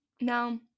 Now